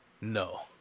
No